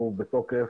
הוא בתוקף.